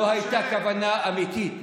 לא הייתה כוונה אמיתית,